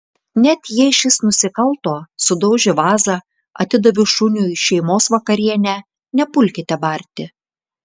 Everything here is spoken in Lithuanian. net jei šis nusikalto sudaužė vazą atidavė šuniui šeimos vakarienę nepulkite barti